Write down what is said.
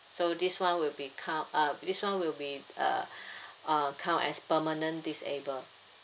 so this [one] will be count uh this one will be uh uh count as permanent disabled